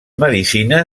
medicina